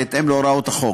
בהתאם להוראות החוק.